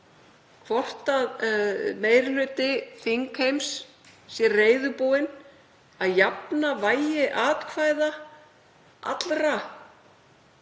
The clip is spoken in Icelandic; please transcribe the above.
hvort meiri hluti þingheims sé reiðubúinn að jafna vægi atkvæða allra